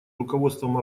руководством